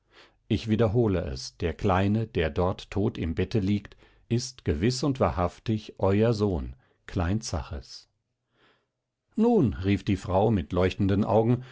ich wiederhole es der kleine der dort tot im bette liegt ist gewiß und wahrhaftig euer sohn klein zaches nun rief die frau mit leuchtenden augen